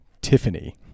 Tiffany